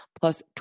plus